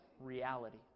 reality